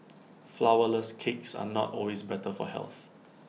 Flourless Cakes are not always better for health